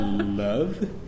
Love